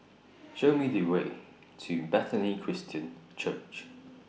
Show Me The Way to Bethany Christian Church